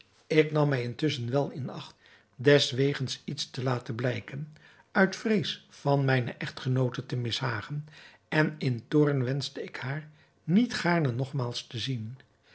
ik nam mij intusschen wel in acht deswegens iets te laten blijken uit vrees van mijne echtgenoote te mishagen en in toorn wenschte ik haar niet gaarne nogmaals te zien